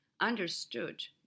understood